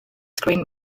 screen